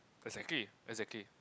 exactly exactly